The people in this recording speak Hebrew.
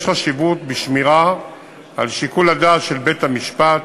יש חשיבות בשמירה על שיקול הדעת של בית-המשפט